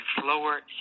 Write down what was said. slower